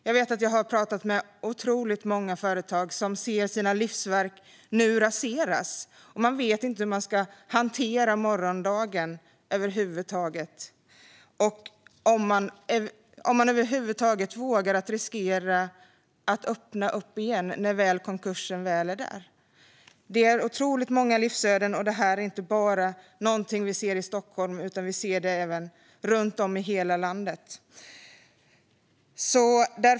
Jag har pratat med otroligt många företagare som nu ser sina livsverk raseras. Man vet inte hur man ska hantera morgondagen eller om man över huvud taget vågar ta risken att öppna igen när konkursen väl är där. Det är otroligt många livsöden, och vi ser det inte bara i Stockholm utan runt om i hela landet.